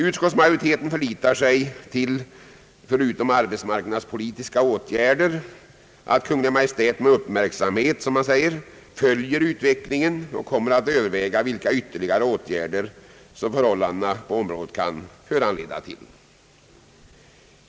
Utskottsmajoriteten förlitar sig — förutom på arbetsmarknadspolitiska åtgärder — på att Kungl. Maj:t med uppmärksamhet, som det heter, följer utvecklingen och kommer att överväga vilka ytterligare åtgärder som förhållandena på området kan föranleda till.